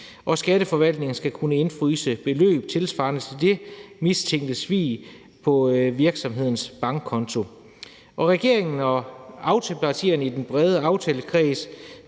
og skatteforvaltningen skal kunne indefryse beløb svarende til det mistænkte svig på virksomhedens bankkonto. Regeringen og aftalepartierne i den brede aftalekreds